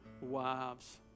wives